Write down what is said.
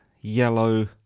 yellow